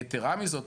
יתרה מזאת,